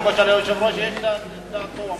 כמו שליושב-ראש יש דעתו,